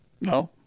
No